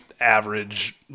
average